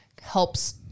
helps